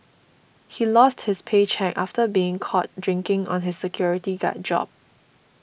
he lost his paycheck after being caught drinking on his security guard job